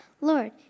Lord